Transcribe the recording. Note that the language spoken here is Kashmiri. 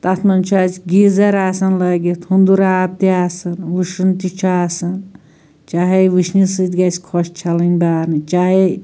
تَتھ منٛز چھُ اسہِ گیٖزَر آسان لٲگِتھ ہُنٛدُر آب تہِ آسان وُشن تہِ چھُ آسان چاہے وُشنہِ سۭتۍ گژھہِ خۄش چھَلٕنۍ بانہٕ چاہے